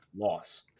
Loss